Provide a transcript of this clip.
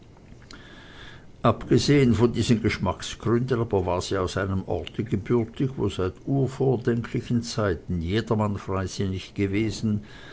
abgesehen von diesen geschmacksgründen aber war sie aus einem orte gebürtig wo seit unvordenklichen zeiten jedermann freisinnig gewesen